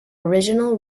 original